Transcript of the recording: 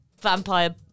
vampire